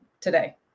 today